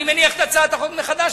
אני מניח את הצעת החוק מחדש,